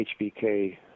HBK